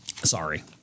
Sorry